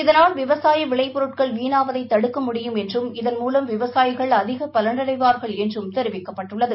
இதனால் விவசாய விளைபொருட்கள் வீணாவதை தடுக்க முடியும் என்றும் இதன்மூலம் விவசாயிகள் அதிக பலனடைவார்கள் என்றும் தெரிவிக்கப்பட்டுள்ளது